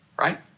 Right